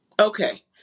Okay